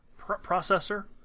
processor